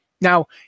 Now